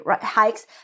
hikes